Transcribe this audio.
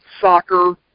soccer